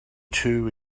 two